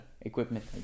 equipment